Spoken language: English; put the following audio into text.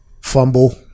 fumble